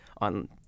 on